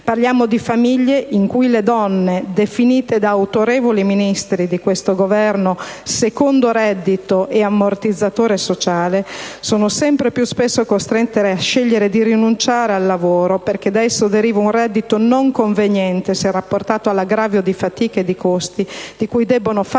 Parliamo di famiglia in cui le donne, definite da autorevoli Ministri di questo Governo «secondo reddito» e «ammortizzatore sociale» *(Applausi della senatrice Finocchiaro)*,sono sempre più spesso costrette a scegliere di rinunciare al lavoro, perché da esso deriva un reddito non conveniente se rapportato all'aggravio di fatiche e di costi di cui debbono farsi